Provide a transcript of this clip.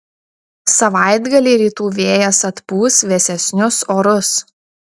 savaitgalį rytų vėjas atpūs vėsesnius orus